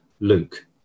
luke